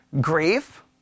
Grief